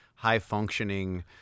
High-functioning